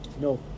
No